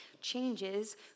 changes